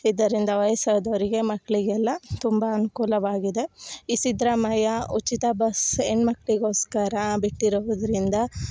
ಇದರಿಂದ ವಯಸ್ಸಾದವರಿಗೆ ಮಕ್ಕಳಿಗೆಲ್ಲ ತುಂಬ ಅನುಕೂಲವಾಗಿದೆ ಈ ಸಿದ್ಧರಾಮಯ್ಯ ಉಚಿತ ಬಸ್ ಹೆಣ್ಣು ಮಕ್ಕಳಿಗೋಸ್ಕರ ಬಿಟ್ಟಿರೋದ್ರಿಂದ